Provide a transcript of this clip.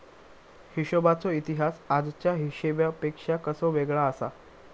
हिशोबाचो इतिहास आजच्या हिशेबापेक्षा कसो वेगळो आसा?